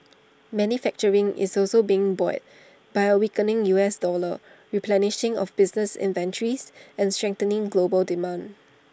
manufacturing is also being buoyed by A weakening U S dollar replenishing of business inventories and strengthening global demand